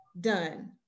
done